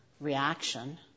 reaction